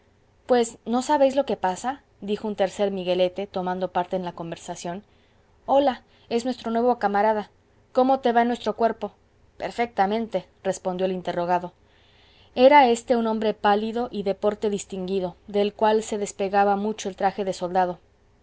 pues no sabéis lo que pasa dijo un tercer miguelete tomando parte en la conversación hola es nuestro nuevo camarada cómo te va en nuestro cuerpo perfectamente respondió el interrogado era éste un hombre pálido y de porte distinguido del cual se despegaba mucho el traje de soldado